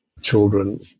children